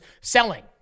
selling